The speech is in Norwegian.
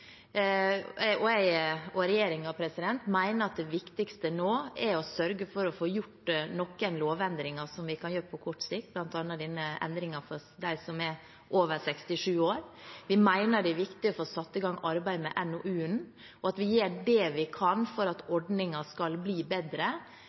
Jeg og regjeringen mener at det viktigste nå er å sørge for å få gjort noen lovendringer som vi kan gjøre på kort sikt, bl.a. endringen for dem som er over 67 år. Vi mener det er viktig at vi får satt i gang arbeidet med NOU-en, og at vi gjør det vi kan for at